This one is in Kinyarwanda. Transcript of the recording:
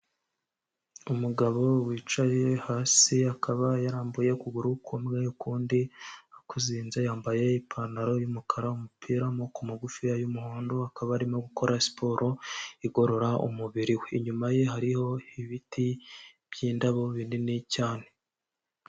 Umugabo wicaye hasi akaba yarambuye ukuguru kumwe, ukundi akuzinze yambaye ipantaro y'umukara, umupira w'amaboko magufi y'umuhondo, akaba arimo gukora siporo igorora umubiri we. Inyuma ye hariho ibiti by'indabo binini cyane.